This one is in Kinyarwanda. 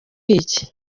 iki